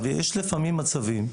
יש לפעמים מצבים,